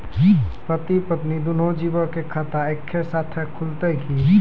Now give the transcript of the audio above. पति पत्नी दुनहु जीबो के खाता एक्के साथै खुलते की?